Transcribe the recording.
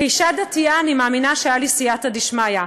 כאישה דתיה אני מאמינה שהיה לי סייעתא דשמיא.